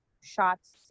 shots